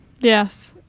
yes